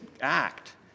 act